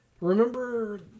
Remember